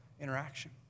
interaction